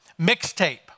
Mixtape